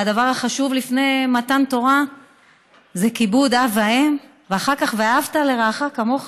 והדבר החשוב לפני מתן תורה זה כיבוד אב ואם ואחר כך "ואהבת לרעך כמוך".